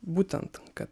būtent kad